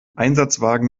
einsatzwagen